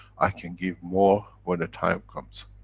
i can give more when the time comes.